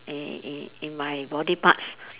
in in in my body parts